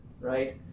right